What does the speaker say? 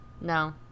No